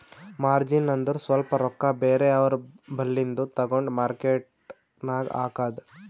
margin ಅಂದುರ್ ಸ್ವಲ್ಪ ರೊಕ್ಕಾ ಬೇರೆ ಅವ್ರ ಬಲ್ಲಿಂದು ತಗೊಂಡ್ ಮಾರ್ಕೇಟ್ ನಾಗ್ ಹಾಕದ್